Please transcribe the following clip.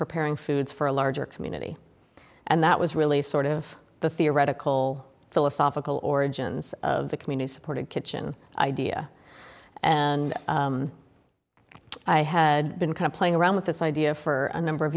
preparing foods for a larger community and that was really sort of the theoretical philosophical origins of the community supported kitchen idea and i had been kind of playing around with this idea for a number of